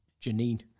Janine